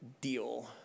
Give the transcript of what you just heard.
deal